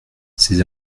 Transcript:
ces